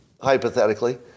hypothetically